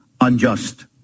unjust